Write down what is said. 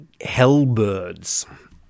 hellbirds